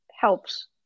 helps